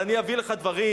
אבל אני אביא פה דברים,